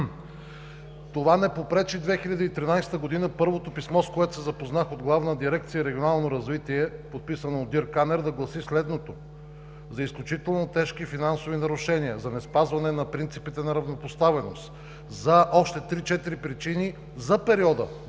това не попречи 2013 г. първото писмо, с което се запознах, от Главна дирекция „Регионално развитие“, подписан от Дирк Анер, да гласи следното: За изключително тежки финансови нарушения, за неспазване на принципите на равнопоставеност, за още три-четири причини, за периода 2010